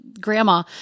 grandma